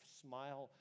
smile